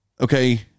Okay